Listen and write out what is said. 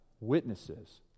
witnesses